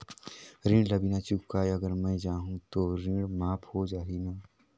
ऋण ला बिना चुकाय अगर मै जाहूं तो ऋण माफ हो जाही न?